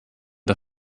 der